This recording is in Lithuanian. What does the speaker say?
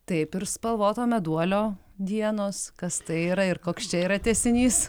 taip ir spalvoto meduolio dienos kas tai yra ir koks yra tęsinys